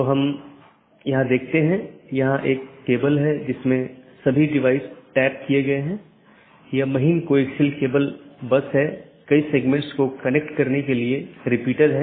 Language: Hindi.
क्योंकि जब यह BGP राउटर से गुजरता है तो यह जानना आवश्यक है कि गंतव्य कहां है जो NLRI प्रारूप में है